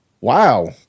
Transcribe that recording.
Wow